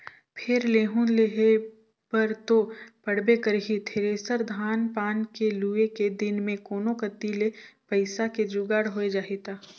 फेर लेहूं लेहे बर तो पड़बे करही थेरेसर, धान पान के लुए के दिन मे कोनो कति ले पइसा के जुगाड़ होए जाही त